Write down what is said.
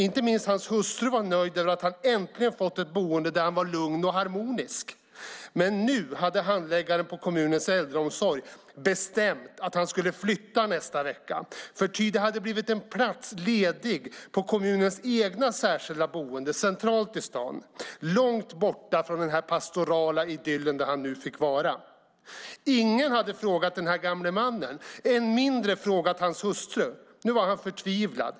Inte minst hans hustru var nöjd över att han äntligen hade fått ett boende där han var lugn och harmonisk. Men nu hade handläggare på kommunens äldreomsorg bestämt att han skulle flytta nästa vecka, ty det hade blivit en plats ledig på kommunens eget särskilda boende centralt i staden - långt borta från den pastorala idyll där han nu fick vara. Ingen hade frågat den gamle mannen och än mindre frågat hans hustru. Nu var han förtvivlad.